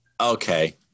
Okay